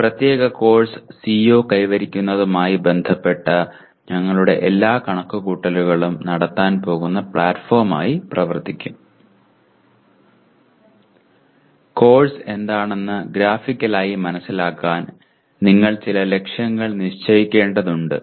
ഈ പ്രത്യേക course CO കൈവരിക്കുന്നതുമായി ബന്ധപ്പെട്ട ഞങ്ങളുടെ എല്ലാ കണക്കുകൂട്ടലുകളും നടത്താൻ പോകുന്ന പ്ലാറ്റ്ഫോമായി പ്രവർത്തിക്കും കോഴ്സ് എന്താണെന്ന് ഗ്രാഫിക്കലായി മനസ്സിലാക്കാൻ നിങ്ങൾ ചില ലക്ഷ്യങ്ങൾ നിശ്ചയിക്കേണ്ടതുണ്ട്